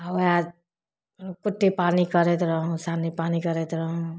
आ वएह कुट्टी पानि करैत रहु सानी पानि करैत रहु